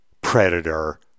Predator